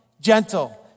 gentle